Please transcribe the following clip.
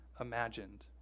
imagined